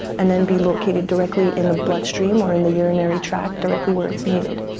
and then be located directly in the bloodstream or in the urinary tract, directly where it's needed.